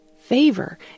Favor